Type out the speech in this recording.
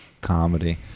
comedy